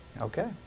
Okay